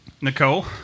Nicole